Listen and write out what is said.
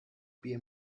bier